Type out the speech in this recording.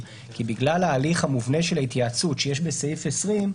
כי בגלל ההליך המובנה של ההתייעצות שיש בסעיף 20,